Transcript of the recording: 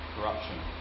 corruption